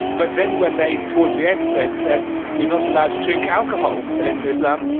but then when they towards the end said that you're not allowed to drink alcohol in islam,